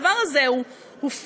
הדבר הזה הוא פארסה.